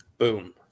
Boom